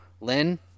Lynn